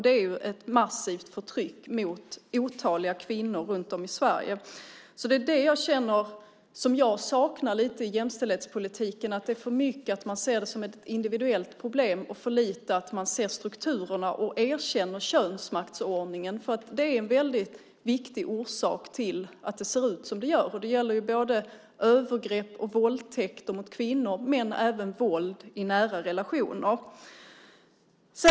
Det sker ett massivt förtryck mot otaliga kvinnor runt om i Sverige. Det jag ser lite som en brist i jämställdhetspolitiken är att man i för hög grad ser det som ett individuellt problem och i för låg grad ser strukturerna och erkänner könsmaktsordningen. Det är en väldigt viktig orsak till att det ser ut som det gör. Det gäller övergrepp och våldtäkter mot kvinnor men även våld i nära relationer.